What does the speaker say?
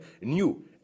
new